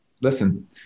listen